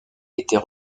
était